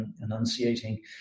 enunciating